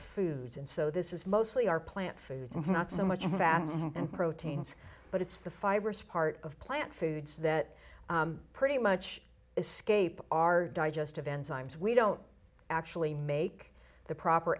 food and so this is mostly our plant foods it's not so much fats and proteins but it's the fibers part of plant foods that pretty much escape our digestive enzymes we don't actually make the proper